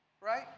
right